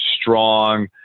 strong